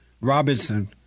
Robinson